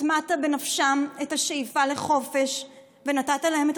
הטמעת בנפשם את השאיפה לחופש ונתת להם את